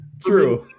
True